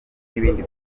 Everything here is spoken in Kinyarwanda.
n’ibindi